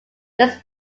these